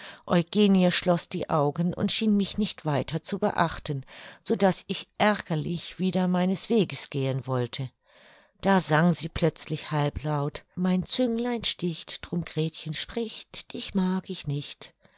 schloß die augen und schien mich nicht weiter zu beachten so daß ich ärgerlich wieder meines weges gehen wollte da sang sie plötzlich halblaut mein zünglein sticht drum gretchen spricht dich mag ich nicht